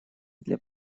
для